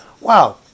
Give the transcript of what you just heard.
wow